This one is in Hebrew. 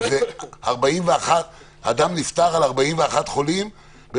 על כל 41 חולים יש נפטר אחד,